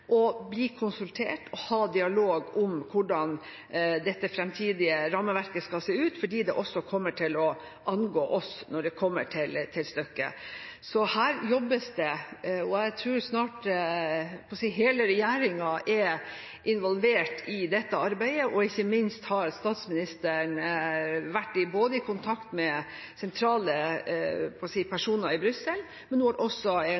bli konsultert og ha dialog om hvordan dette framtidige rammeverket skal se ut, fordi det også kommer til å angå oss når det kommer til stykket. Så her jobbes det, og jeg tror snart – jeg holdt på å si – hele regjeringen er involvert i dette arbeidet. Ikke minst har statsministeren vært i kontakt med sentrale personer i Brussel, men hun har også